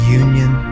union